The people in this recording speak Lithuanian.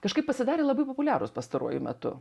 kažkaip pasidarė labai populiarūs pastaruoju metu